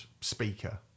speaker